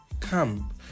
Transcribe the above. camp